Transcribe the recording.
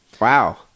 Wow